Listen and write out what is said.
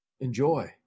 enjoy